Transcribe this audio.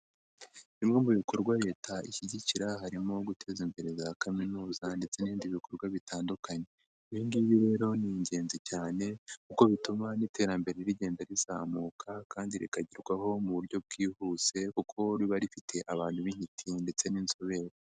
Bimwe mu bikorwa Leta ishyigikira harimo guteza imbere za kaminuza ndetse n'ibindi bikorwa bitandukanye, ibi ngibi rero ni ingenzi cyane kuko bituma n'iterambere rigenda rizamuka kandi rikagerwaho mu buryo bwihuse kuko riba rifite abantu b'intiti ndetse n'inzobere.